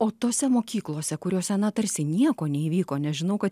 o tose mokyklose kuriose na tarsi nieko neįvyko nes žinau kad